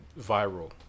viral